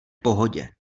pohodě